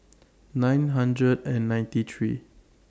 nine hundred and ninety three